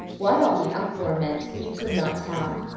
what all the uproar meant he could not tell,